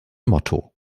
motto